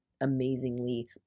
amazingly